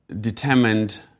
determined